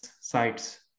sites